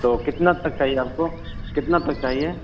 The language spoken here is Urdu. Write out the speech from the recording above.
تو کتنا تک چاہیے آپ کو کتنا تک چاہیے